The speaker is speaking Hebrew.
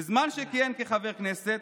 בזמן שכיהן כחבר כנסת,